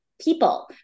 People